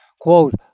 Quote